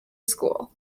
school